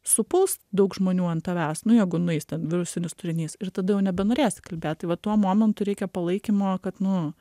supuls daug žmonių ant tavęs nu jeigu nueis ten virusinis turinys ir tada jau nebenorėsi kalbėt tai va tuo momentu reikia palaikymo kad nu